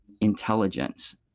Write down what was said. intelligence